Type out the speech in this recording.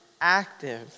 active